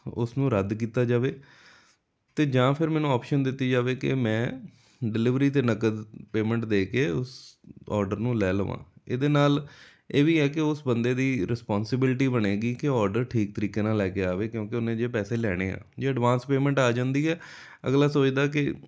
ਉਸ ਨੂੰ ਰੱਦ ਕੀਤਾ ਜਾਵੇ ਅਤੇ ਜਾਂ ਫਿਰ ਮੈਨੂੰ ਆਪਸ਼ਨ ਦਿੱਤੀ ਜਾਵੇ ਕਿ ਮੈਂ ਡਿਲੀਵਰੀ 'ਤੇ ਨਕਦ ਪੇਮੈਂਟ ਦੇ ਕੇ ਉਸ ਔਡਰ ਨੂੰ ਲੈ ਲਵਾਂ ਇਹਦੇ ਨਾਲ ਇਹ ਵੀ ਹੈ ਕਿ ਉਸ ਬੰਦੇ ਦੀ ਰਿਸਪੋਂਸੀਬਿਲਿਟੀ ਬਣੇਗੀ ਕਿ ਉਹ ਔਡਰ ਠੀਕ ਤਰੀਕੇ ਨਾਲ ਲੈ ਕੇ ਆਵੇ ਕਿਉਂਕਿ ਉਹਨੇ ਜੇ ਪੈਸੇ ਲੈਣੇ ਆ ਜੇ ਐਡਵਾਂਸ ਪੇਮੈਂਟ ਆ ਜਾਂਦੀ ਹੈ ਅਗਲਾ ਸੋਚਦਾ ਕਿ